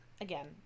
again